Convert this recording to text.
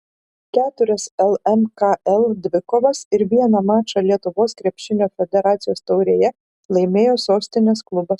keturias lmkl dvikovas ir vieną mačą lietuvos krepšinio federacijos taurėje laimėjo sostinės klubas